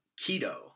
keto